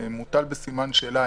שהאפקטיביות מוטלת בסימן שאלה.